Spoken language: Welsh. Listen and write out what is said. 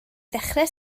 ddechrau